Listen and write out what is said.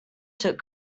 took